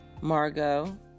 Margot